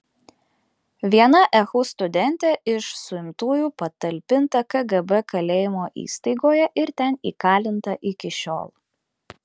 viena ehu studentė iš suimtųjų patalpinta kgb kalėjimo įstaigoje ir ten įkalinta iki šiol